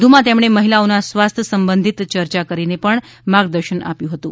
વધુમાં તેમણે મહિલાઓના સ્વાસ્થ્ય સંબધીત ચર્યા પણ કરીને માર્ગદર્શન આપ્યું હતું